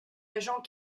agent